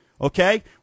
okay